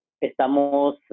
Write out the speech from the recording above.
estamos